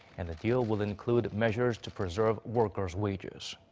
and the deal will include measures to preserve workers' wages.